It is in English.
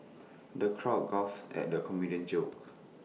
the crowd guffawed at the comedian's jokes